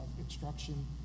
instruction